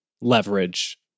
leverage